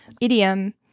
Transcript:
idiom